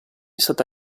stata